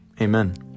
Amen